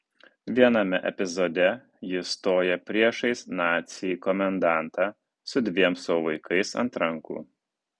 viename epizode ji stoja priešais nacį komendantą su dviem savo vaikais ant rankų